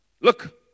Look